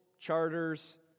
charters